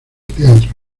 teatros